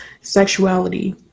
sexuality